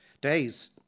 days